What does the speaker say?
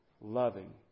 loving